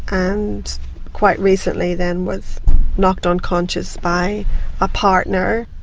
and quite recently then was knocked unconscious by a partner.